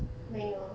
没有 ah